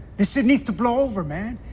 this shit needs to blow over, man.